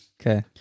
Okay